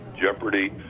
jeopardy